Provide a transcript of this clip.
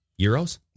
euros